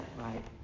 right